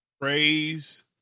Praise